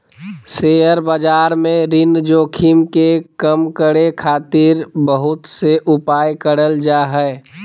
share बाजार में ऋण जोखिम के कम करे खातिर बहुत से उपाय करल जा हय